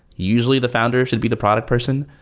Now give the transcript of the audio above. usually the founder should be the product person.